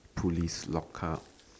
police lock up